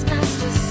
Master